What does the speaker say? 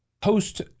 post